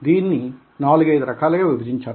దీన్ని నాలుగైదు రకాలుగా విభజించారు